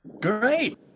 Great